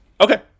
Okay